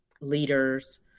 leaders